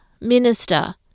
Minister